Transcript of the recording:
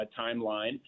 timeline